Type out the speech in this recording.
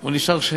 הוא נשאר שקר.